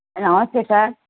నమస్తే సార్